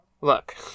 look